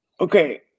Okay